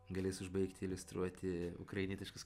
galės užbaigti iliustruoti ukrainietiškas